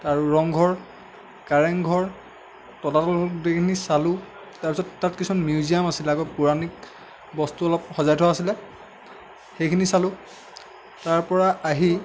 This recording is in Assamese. আৰু ৰংঘৰ কাৰেংঘৰ তলাতল গোটেইখিনি চালোঁ তাৰপিছত তাত কিছুমান মিউজিয়াম আছিল আগৰ পৌৰাণিক বস্তু অলপ সজাই থোৱা আছিলে সেইখিনি চালোঁ তাৰপৰা আহি